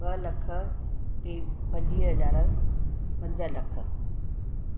ॿ लख टे पंजवीह हज़ार पंज लख